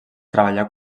treballà